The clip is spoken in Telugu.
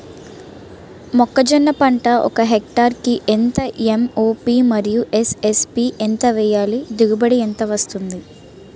మొక్కజొన్న పంట ఒక హెక్టార్ కి ఎంత ఎం.ఓ.పి మరియు ఎస్.ఎస్.పి ఎంత వేయాలి? దిగుబడి ఎంత వస్తుంది?